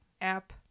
app